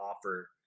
offer